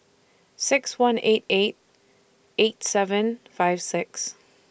six one eight eight eight seven five six